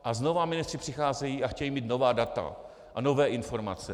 A znovu ministři přicházejí a chtějí mít nová data a nové informace.